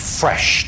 fresh